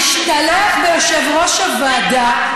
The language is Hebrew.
לא השתלחתי ביושב-ראש הוועדה,